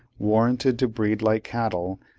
warranted to breed like cattle,